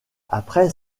après